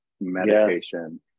medication